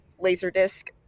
Laserdisc